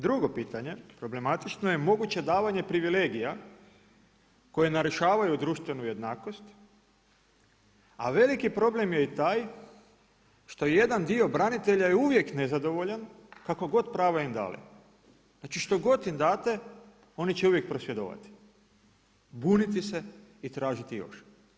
Drugo pitanje problematično je, moguće davanje privilegija koje narušavaju društvenu jednakost, a veliki problem je i taj što jedan dio branitelja je uvijek nezadovoljan kakva god prava im dali, znači što god im date oni će uvijek prosvjedovati, buniti se i tražiti još.